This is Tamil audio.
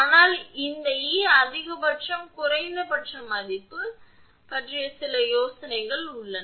ஆனால் இந்த E அதிகபட்சம் குறைந்தபட்ச மதிப்பு பற்றி உங்களுக்கு சில யோசனைகள் உள்ளன